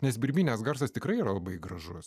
nes birbynės garsas tikrai yra labai gražus